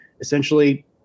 essentially